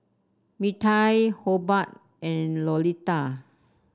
Mirtie Hobart and Lolita